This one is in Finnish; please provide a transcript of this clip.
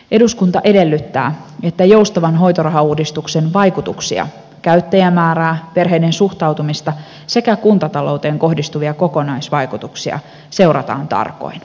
eduskunta edellyttää että joustavan hoitorahauudistuksen vaikutuksia käyttäjämäärää perheiden suhtautumista sekä kuntatalouteen kohdistuvia kokonaisvaikutuksia seurataan tarkoin